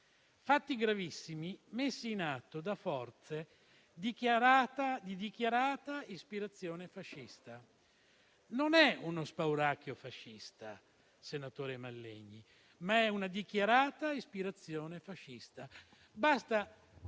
fatti gravissimi messi in atto da forze di dichiarata ispirazione fascista. Non è uno spauracchio fascista, senatore Mallegni, ma è una dichiarata ispirazione fascista. Basta